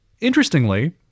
interestingly